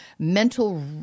mental